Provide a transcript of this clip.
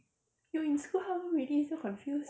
you in school how long already still confused